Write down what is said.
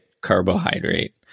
carbohydrate